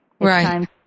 right